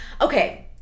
Okay